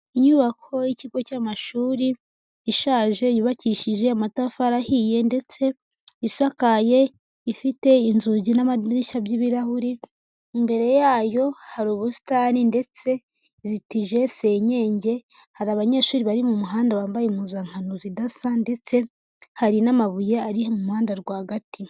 Inyubako y'ikigo cy'amashuri, ishaje yubakishije amatafari ahiye ndetse, isakaye ifite inzugi n'amadirishya by'ibirahuri, imbere yayo hari ubusitari ndetse, izitije senyenge, hari abanyeshuri bari mu muhanda bambaye impuzankano zidasa ndetse, hari n'amabuye ari mu muhanda rwagati.